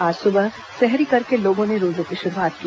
आज सुबह सेहरी करके लोगों ने रोजें की शुरूआत की